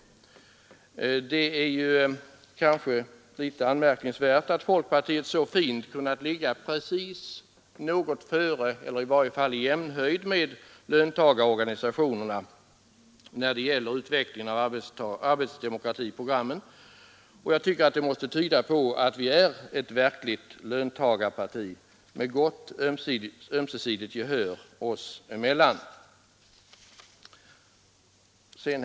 Det är kanske litet anmärkningsvärt att folkpartiet så fint har kunnat ligga något före eller i varje fall i jämnhöjd med löntagarorganisationerna, när det gäller utvecklingen av arbetsdemokratiprogrammen. Det måste tyda på att vi är ett verkligt löntagarparti med gott ömsesidigt gehör oss emellan.